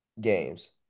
games